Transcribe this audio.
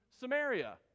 samaria